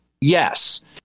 yes